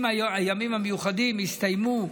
אם הימים המיוחדים יסתיימו באמצע,